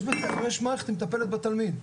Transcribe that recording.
ובבית-ספר יש מערכת שמטפלת בתלמיד,